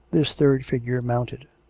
this third figure mounted.